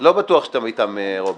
לא בטוח שאתה איתם, רוברט,